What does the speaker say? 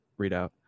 readout